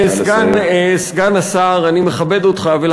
אדוני סגן השר, אני מכבד אותך.